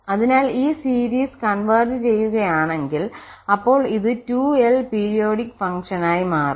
അതിനാൽ ഈ സീരീസ് ഒത്തുചേരുകയാണെങ്കിൽ അപ്പോൾ ഇത് 2l പീരിയോഡിക് ഫംഗ്ഷനായി മാറും